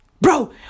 Bro